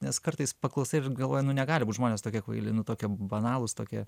nes kartais paklausai ir galvoji nu negali būt žmonės tokie kvaili nu tokie banalūs tokie